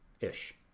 Ish